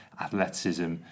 athleticism